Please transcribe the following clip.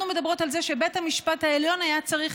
אנחנו מדברות על זה שבית המשפט העליון היה צריך